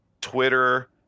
Twitter